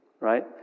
Right